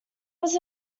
was